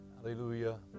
hallelujah